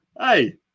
Hey